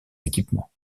équipements